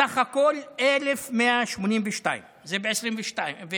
בסך הכול 1,182, זה ב-2021.